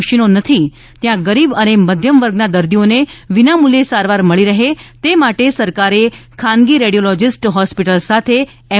મશીનો નથી ત્યાં ગરીબ અને મધ્યમ વર્ગના દર્દીઓને વિનામૂલ્ચે સારવાર મળી રહે તે માટે સરકારે ખાનગી રેડિયોલોજિસ્ટ હોસ્પિટલ સાથે એમ